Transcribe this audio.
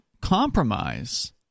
compromise